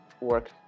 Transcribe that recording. work